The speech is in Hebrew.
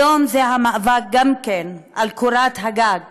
היום זה המאבק גם על קורת גג